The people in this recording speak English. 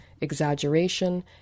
exaggeration